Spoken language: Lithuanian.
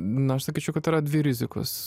na aš sakyčiau kad yra dvi rizikos